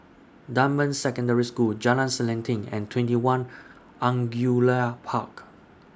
Dunman Secondary School Jalan Selanting and TwentyOne Angullia Park